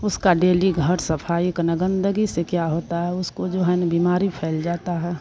उसका डेली घर सफाई करना गंदगी से क्या होता है उसको जो है न बीमारी फैल जाती है